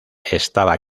estaba